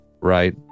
right